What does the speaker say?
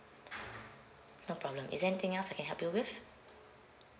no problem is there anything else I can help you with